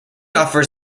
offers